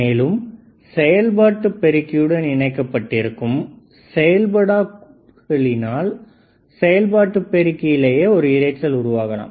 மேலும் செயல்பாட்டுப் பெருக்கி உடன் இணைக்கப்பட்டிருக்கும் செயல்படா கூறுகளினால் செயல்பாட்டு பெருக்கியிலேயே ஒரு இரைச்சல் உருவாகலாம்